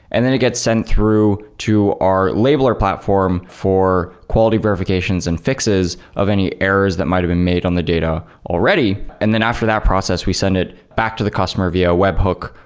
and then it gets sent through to our labeler platform for quality verifications and fixes of any errors that might have been made on the data already. and then after that process, we send it back to the customer via webhook,